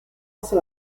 also